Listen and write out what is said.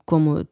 Como